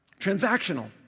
transactional